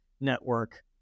network